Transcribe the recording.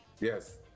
Yes